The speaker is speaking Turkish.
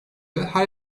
her